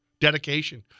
dedication